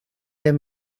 der